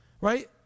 Right